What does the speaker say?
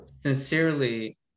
sincerely